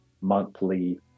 monthly